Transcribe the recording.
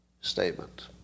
statement